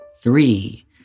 Three